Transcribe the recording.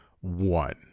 one